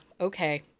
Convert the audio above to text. okay